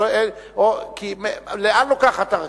כי לאן לוקחת הרכבת?